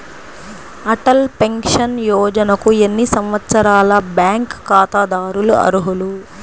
Atal pension యోజనకు ఎన్ని సంవత్సరాల బ్యాంక్ ఖాతాదారులు అర్హులు?